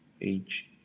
age